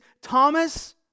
Thomas